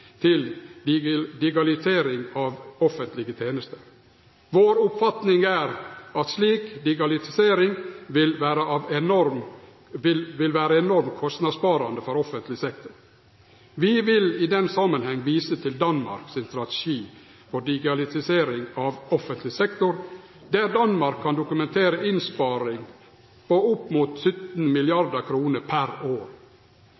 til digitalisering av offentlege tenester. Vår oppfatning er at slik digitalisering vil vere enormt kostnadssparande for offentleg sektor. Vi vil i den samanhengen vise til Danmark sin strategi for digitalisering av offentleg sektor, der Danmark kan dokumentere innsparing på opp mot 17 mrd. kr per år,